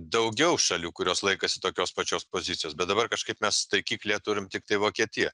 daugiau šalių kurios laikosi tokios pačios pozicijos bet dabar kažkaip mes taikiklyje turim tiktai vokietiją